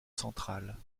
centrale